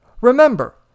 Remember